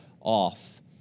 off